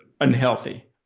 unhealthy